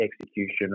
execution